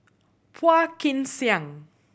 Phua Kin Siang